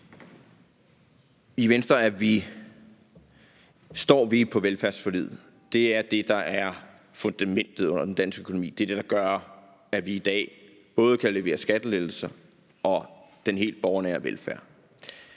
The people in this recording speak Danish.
I Venstre står vi på velfærdsforliget. Det er det, der er fundamentet under den danske økonomi. Det er det, der gør, at vi i dag både kan levere skattelettelser og den helt borgernære velfærd.